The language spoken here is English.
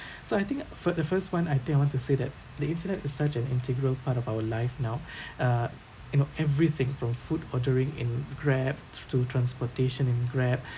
so I think for the first one I think I want to say that the internet is such an integral part of our life now uh you know everything from food ordering in Grab to transportation in Grab